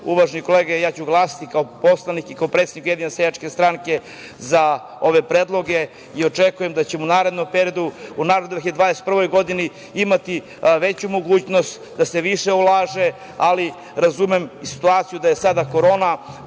uvažene kolege, ja ću glasati kao poslanik i kao predsednik Ujedinjene seljačke stranke za ove predloge. Očekujem da ćemo u narednom periodu, u narednoj 2021. godini imati veću mogućnost da se više ulaže, ali razumem i situaciju da je sada korona,